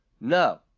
No